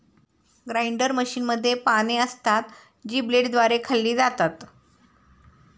grinder मशीनमध्ये पाने असतात, जी ब्लेडद्वारे खाल्ली जातात